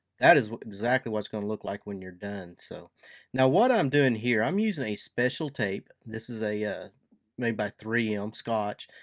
that is exactly what it's going to look like when you're done. so now what i'm doing here, i'm using a special tape. this is ah yeah made by three m scotch.